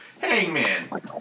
hangman